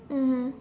mmhmm